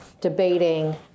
debating